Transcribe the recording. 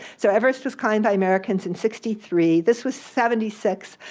so everest was climbed by americans in sixty three. this was seventy six,